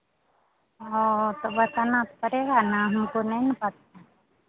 वो तो बताना तो पड़ेगा ना हमको नहीं ना पता है इसीलिए